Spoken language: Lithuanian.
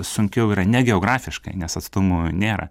sunkiau yra ne geografiškai nes atstumų nėra